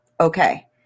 Okay